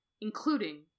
including